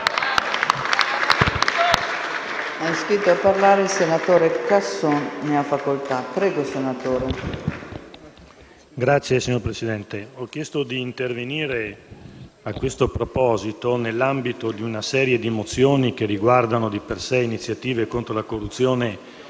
ho chiesto di intervenire a questo proposito nell'ambito di una serie di mozioni che riguardano di per sé iniziative contro la corruzione negli